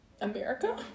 America